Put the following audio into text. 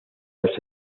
los